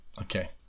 Okay